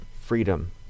freedom